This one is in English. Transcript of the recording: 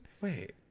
wait